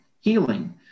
healing